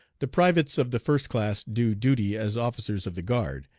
the privates of the first class do duty as officers of the guard,